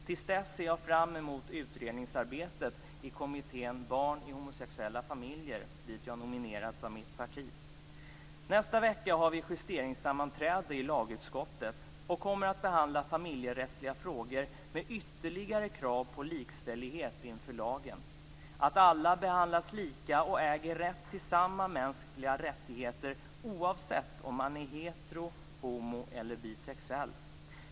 Till dess ser jag fram emot utredningarbetet i kommittén Barn i homosexuella familjer, till vilken jag har nominerats av mitt parti. Nästa vecka har vi justeringssammanträde i lagutskottet och kommer att behandla familjerättsliga frågor med ytterligare krav på likställighet inför lagen, att alla skall behandlas lika och äger rätt till samma mänskliga rättigheter, oavsett om man är hetero-, homo eller bisexuell.